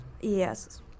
Yes